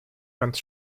ganz